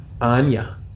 anya